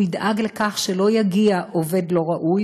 הוא ידאג לכך שלא יגיע עובד לא ראוי,